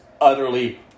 utterly